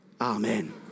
amen